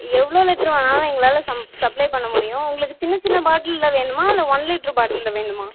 எவ்வளோ லிட்டர் வாங்கினாலும் எங்களால் சம் சப்ளை பண்ண முடியும் உங்களுக்கு சின்ன சின்ன பாட்டிலில் வேணுமா இல்லை ஒன் லிட்டர் பாட்டிலில் வேணுமா